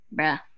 bruh